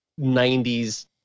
90s